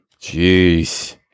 Jeez